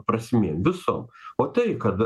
prasmėm visom o tai kad